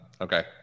okay